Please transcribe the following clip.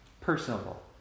personable